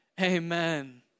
Amen